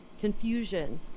confusion